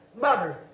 mother